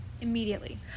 Immediately